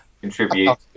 Contribute